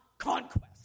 conquest